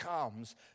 comes